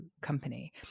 company